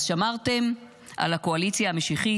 אז שמרתם על הקואליציה המשיחית,